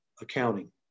accounting